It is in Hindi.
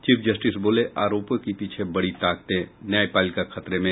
चीफ जस्टिस बोले आरोपों के पीछे बड़ी ताकतें न्यायपालिका खतरे में